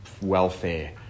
welfare